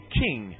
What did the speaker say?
king